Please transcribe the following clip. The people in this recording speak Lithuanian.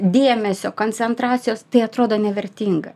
dėmesio koncentracijos tai atrodo nevertinga